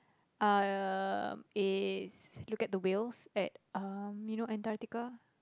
um is look at the whales at um you know Antarctica